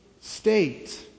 state